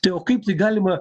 tai o kaip tai galima